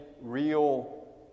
real